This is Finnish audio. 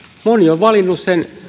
moni on valinnut